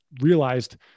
realized